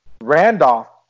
Randolph